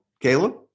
Caleb